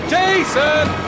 Jason